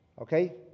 Okay